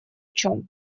чем